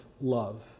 love